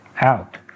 out